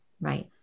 Right